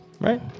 right